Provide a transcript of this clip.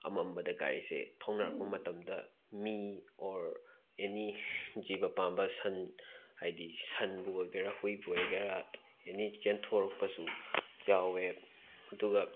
ꯑꯃꯝꯕꯗ ꯒꯥꯔꯤꯁꯦ ꯊꯧꯅꯔꯛꯄ ꯃꯇꯝꯗ ꯃꯤ ꯑꯣꯔ ꯑꯦꯅꯤ ꯖꯤꯕ ꯄꯥꯟꯕ ꯁꯟ ꯍꯥꯏꯗꯤ ꯁꯟꯕꯨ ꯑꯣꯏꯒꯦꯔꯥ ꯍꯨꯏꯕꯨ ꯑꯣꯏꯒꯦꯔꯥ ꯑꯗꯨꯝ ꯑꯦꯅꯤ ꯆꯦꯟꯊꯣꯔꯛꯄꯁꯨ ꯌꯥꯎꯋꯦ ꯑꯗꯨꯒ